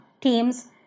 teams